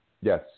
yes